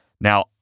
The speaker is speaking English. Now